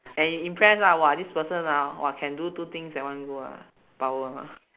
and you impress ah !wah! this person ah !wah! can do two things at one go ah power ah